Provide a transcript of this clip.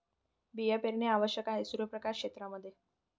बिया पेरणे आवश्यक आहे सूर्यप्रकाश क्षेत्रां मध्ये